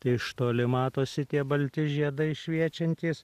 tai iš toli matosi tie balti žiedai šviečiantys